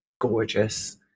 gorgeous